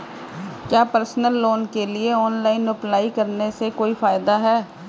क्या personal loan के लिए ऑनलाइन अप्लाई करने से कोई फायदा है?